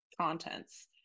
contents